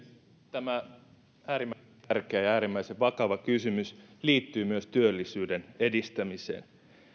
tämä äärimmäisen tärkeä ja äärimmäisen vakava kysymys liittyy myös työllisyyden edistämiseen